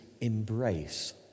embrace